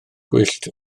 gwyllt